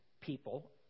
people